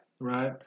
Right